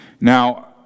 Now